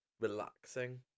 relaxing